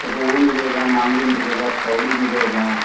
रोहू मिलेगा मागुर मिलेगा सौड़ी मिलेगा